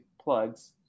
plugs